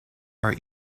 are